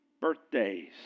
Birthdays